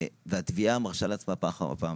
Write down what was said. והתביעה מרשה לעצמה פעם אחר פעם.